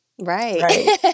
Right